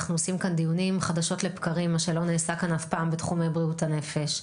אנחנו עושים כאן דיונים חדשות לבקרים בתחומי בריאות הנפש,